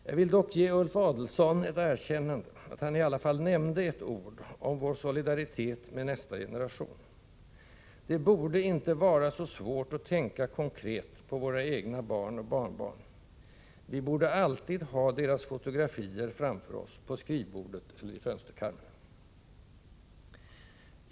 Jag vill dock ge Ulf Adelsohn ett erkännande för att han i alla fall nämnde ett ord om vår solidaritet med nästa generation. Det borde inte vara så svårt att tänka konkret på våra egna barn och barnbarn. Vi borde alltid ha deras fotografier framför oss på skrivbordet eller i fönsterkarmen.